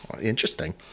interesting